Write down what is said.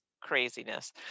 craziness